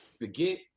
forget